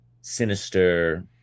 sinister